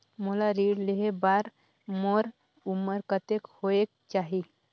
मोला ऋण लेहे बार मोर उमर कतेक होवेक चाही?